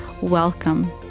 Welcome